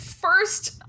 first